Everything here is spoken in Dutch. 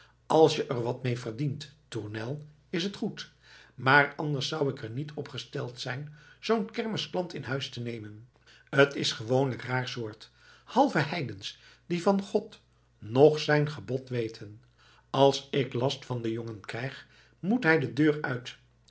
als je er wat mee verdient tournel is t goed maar anders zou ik er niet op gesteld zijn zoo'n kermisklant in huis te nemen t is gewoonlijk raar soort halve heidens die van god noch zijn gebod weten als ik last van den jongen krijg moet hij de deur uit